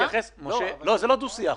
לא דו-שיח.